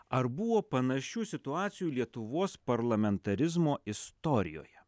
ar buvo panašių situacijų lietuvos parlamentarizmo istorijoje